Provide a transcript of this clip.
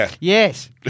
Yes